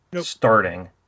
starting